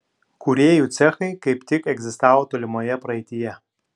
kūrėjų cechai kaip tik egzistavo tolimoje praeityje